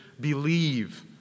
believe